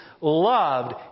loved